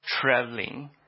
traveling